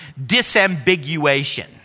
disambiguation